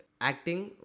Acting